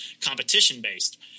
competition-based